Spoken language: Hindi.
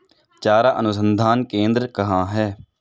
चारा अनुसंधान केंद्र कहाँ है?